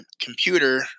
computer